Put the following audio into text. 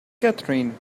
catherine